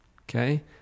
okay